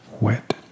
wet